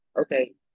Okay